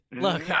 look